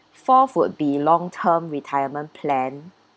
fourth would be long term retirement plan